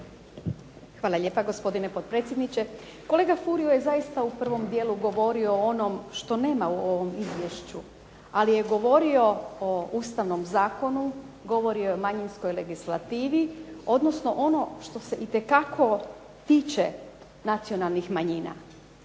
Hvala lijepa gospodine potpredsjedniče. Kolega Furio je zaista u prvom dijelu govorio o onom što nema u ovom izvješću, ali je govorio o ustavnom zakonu, govorio je o manjinskoj legislativi, odnosno ono što se itekako tiče nacionalnih manjina.